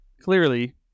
clearly